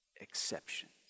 exceptions